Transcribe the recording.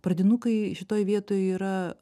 pradinukai šitoj vietoj yra